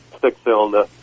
six-cylinder